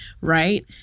right